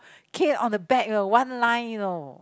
cane on the back you know one line you know